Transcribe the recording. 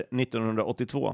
1982